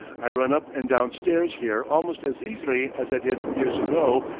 i run up and down stairs here almost as easily as i did years ago,